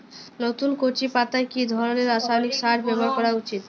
নতুন কচি পাতায় কি ধরণের রাসায়নিক সার ব্যবহার করা উচিৎ?